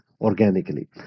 organically